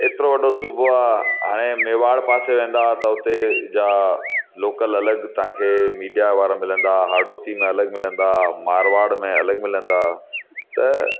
एतिरो वॾो सुबो आहे हाणे मेवाड़ पासे वेंदा आहियूं त उते जा लोकल अलॻि ताव्हांखे मीडिया वारा मिलंदा हाडोती में अलॻि मिलंदा मारवाड़ में अलॻि मिलंदा त